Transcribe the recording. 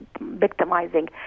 victimizing